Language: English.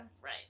Right